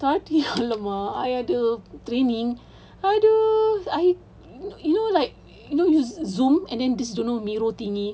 tadi !alamak! I ada training !aduh! I you know you know like you know use Zoom and then this don't know Miro thingy